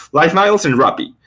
lifemiles and rappi.